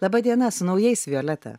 laba diena su naujais violeta